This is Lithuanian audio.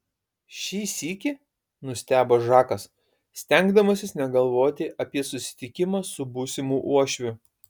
šį sykį nustebo žakas stengdamasis negalvoti apie susitikimą su būsimu uošviu